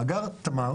מאגר תמר